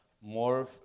more